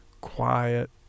quiet